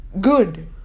good